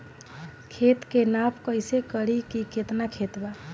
खेत के नाप कइसे करी की केतना खेत बा?